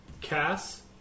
Cass